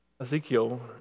Ezekiel